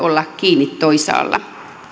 olla kiinni toisaalla